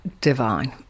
divine